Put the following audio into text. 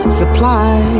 supply